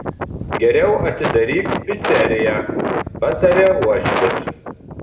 geriau atidaryk piceriją pataria uošvis